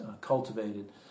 cultivated